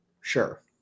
sure